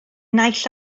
naill